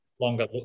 longer